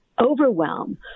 overwhelm